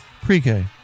Pre-K